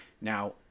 now